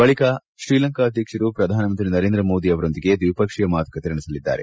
ಬಳಿಕ ಶ್ರೀಲಂಕಾ ಅಧ್ಯಕ್ಷರು ಪ್ರಧಾನಮಂತ್ರಿ ನರೇಂದ್ರ ಮೋದಿ ಅವರೊಂದಿಗೆ ದ್ವಿಪಕ್ಷೀಯ ಮಾತುಕತೆ ನಡೆಸಲಿದ್ದಾರೆ